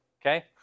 Okay